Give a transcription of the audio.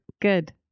good